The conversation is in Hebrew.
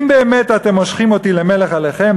אם באמת אתם מושחים אותי למלך עליכם,